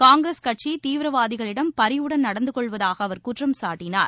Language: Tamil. காங்கிரஸ் கட்சி தீவிரவாதிகளிடம் பரிவுடன் நடந்துகொள்வதாகஅவர் குற்றம் சாட்டினார்